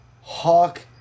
Hawk